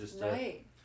Right